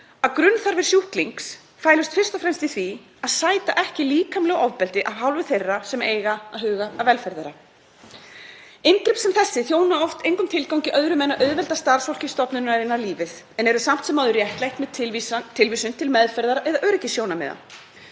að grunnþarfir sjúklings fælust fyrst og fremst í því að sæta ekki líkamlegu ofbeldi af hálfu þeirra sem eiga að huga að velferð þeirra. Inngrip sem þessi þjóna oft engum tilgangi öðrum en að auðvelda starfsfólki stofnunarinnar lífið en eru samt sem áður réttlætt með tilvísun til meðferðar eða öryggissjónarmiða.